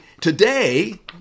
today